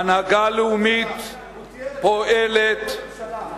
ההנהגה הלאומית פועלת, אני וראש הממשלה.